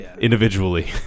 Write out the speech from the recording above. Individually